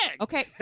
Okay